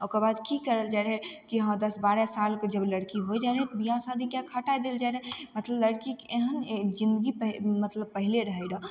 ओकर बाद की करल जाइ रहय कि हँ दस बारह सालके जब लड़की होइ जाइ रहय तऽ बियाह शादी कएके हटाय देल जाइ रहय मतलब लड़कीके एहन जिन्दगी पह मतलब पहिले रहय रहऽ